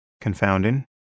confounding